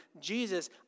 Jesus